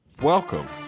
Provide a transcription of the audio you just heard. Welcome